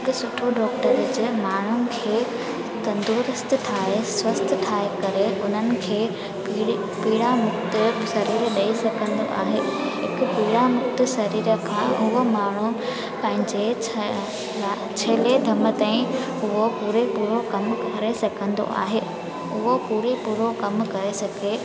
हिकु सुठो डॉक्टर हुजे माण्हुनि खे तंदुरुस्तु ठाहे स्वस्थ ठाहे करे उन्हनि खे पीड़ी पीड़ा मुक्तु शरीरु ॾेई सघंदो आहे हिकु पीड़ा मुक्तु शरीर खां उहो माण्हू पंहिंजे छ छिले दमु ताईं उहो पूरे पूरो कमु करे सघंदो आहे उहो पूरे पूरो कमु करे सघे